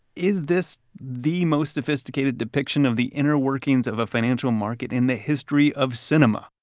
is this the most sophisticated depiction of the inner workings of a financial market in the history of cinema?